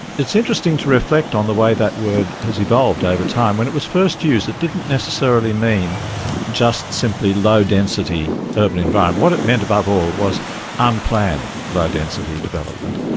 it's interesting to reflect on the way that word has evolved over time. when it was first used it didn't necessarily mean just simply low-density urban environment, what it meant above all was unplanned low-density development.